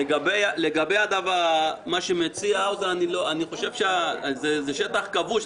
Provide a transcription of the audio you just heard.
לגבי מה שמציע האוזר, אני חושב שזה שטח כבוש.